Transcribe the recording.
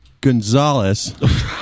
Gonzalez